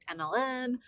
mlm